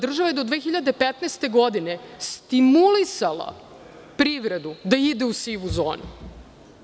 Država je do 2015. godine stimulisala privredu da ide u sivu zonu.